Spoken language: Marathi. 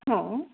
हा